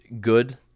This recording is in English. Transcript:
good